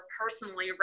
personally